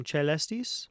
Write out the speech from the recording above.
Celestis